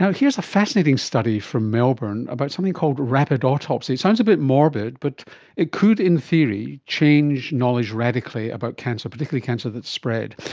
here's a fascinating study from melbourne about something called rapid autopsy. it sounds a bit morbid but it could in theory change knowledge radically about cancer, particularly cancer that has spread.